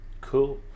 Cool